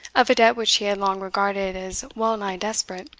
of a debt which he had long regarded as wellnigh desperate,